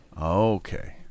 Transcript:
Okay